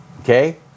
Okay